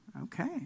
okay